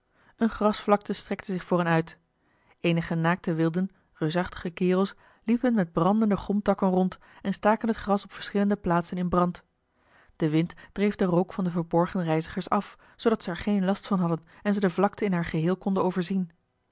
eene grasvlakte strekte zich voor hen uit eenige naakte wilden reusachtige kerels liepen met brandende gomtakken rond en staken het gras op verschillende plaatsen in brand de wind dreef den rook van de verborgen reizigers af zoodat ze er geen last van hadden en ze de vlakte in haar geheel konden overzien